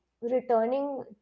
returning